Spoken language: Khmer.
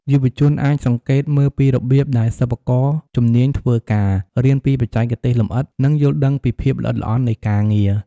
យុវជនអាចសង្កេតមើលពីរបៀបដែលសិប្បករជំនាញធ្វើការ រៀនពីបច្ចេកទេសលម្អិត និងយល់ដឹងពីភាពល្អិតល្អន់នៃការងារ។